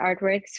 artworks